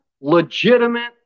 legitimate